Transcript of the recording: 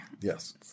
Yes